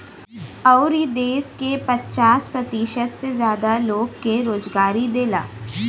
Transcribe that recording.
अउर ई देस के पचास प्रतिशत से जादा लोग के रोजगारो देला